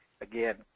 again